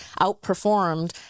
outperformed